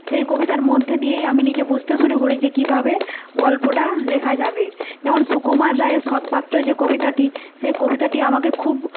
সেই কবিতার মধ্যে দিয়েই আমি নিজে বুঝতে শুরু করি যে কীভাবে গল্পটা লেখা যাবে যেমন সুকুমার রায়ের সৎপাত্র যে কবিতাটি সেই কবিতাটি আমাকে খুব